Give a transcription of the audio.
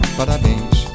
parabéns